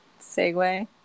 segue